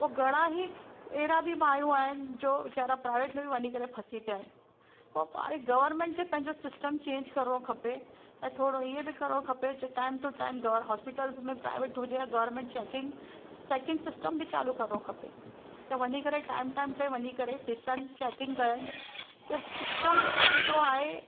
पोइ घणा ई अहिड़ा बि मण्हू आहिनि जो वेचारा प्रायवेट में बि वञी फंसी पिया आहिनि पोइ पाण ई गवर्मेंट खे पंहिंजो सिस्टम चेंज करिणो खपे ऐं थोरो इअं करणु खपे जे time to time gov hospitals में प्रायवेट हुजे या गवर्मेंट चेकींग चेकींग सिस्टम बि चालू करिणो खपे त वञी करे टाइम टाइम ते वञी करे ॾिसनि चेकींग करनि के सिस्टम्स जो आहे